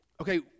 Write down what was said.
okay